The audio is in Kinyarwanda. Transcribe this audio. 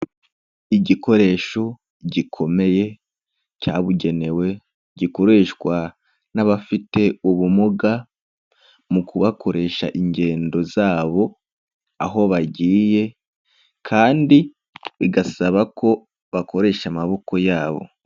Igikoresho gikomeye cyabugenewe gikoreshwa n'abafite ubumuga mu kubakoresha ingendo zabo aho bagiye kandi bigasaba ko bakoresha amaboko yabo.